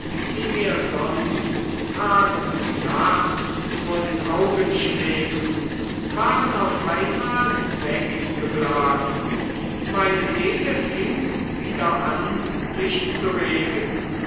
die mir sonst tag und nacht vor augen schwebten waren auf einmal weggeblasen meine seele fing wieder an sich zu regen